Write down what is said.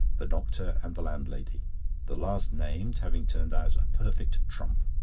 the doctor, and the landlady the last-named having turned out a perfect trump.